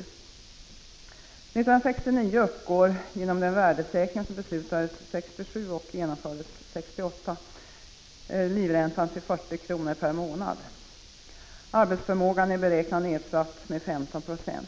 År 1969 uppgår, genom den värdesäkring som beslutades 1967 och genomfördes 1968, livräntan till 40 kr. per månad. Arbetsförmågan beräknas vara nedsatt med 15 26. År